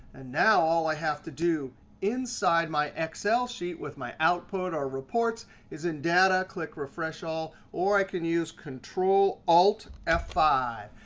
and now all i have to do inside my excel sheet with my output or reports is in data, click refresh all, or i can use control alt f five.